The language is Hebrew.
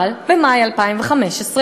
אבל במאי 2015,